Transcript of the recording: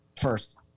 first